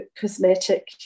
cosmetic